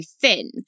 thin